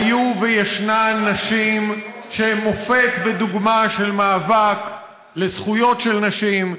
היו וישנן נשים שהן מופת ודוגמה של מאבק לזכויות של נשים,